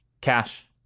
Cash